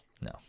No